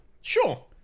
Sure